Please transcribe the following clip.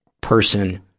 person